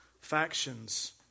factions